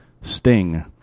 Sting